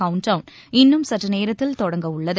countdown இன்னும் சற்றுநேரத்தில் தொடங்க உள்ளது